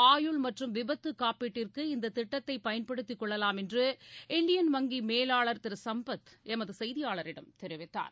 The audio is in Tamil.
ஆயுள் மற்றும் விபத்துகாப்பீட்டிற்கு இந்ததிட்டத்தைபயன்படுத்திகொள்ளலாம் என்று இந்தியன் வங்கிமேலாளர் திருசம்பத் எமதுசெய்தியாளரிடம் தெரிவித்தார்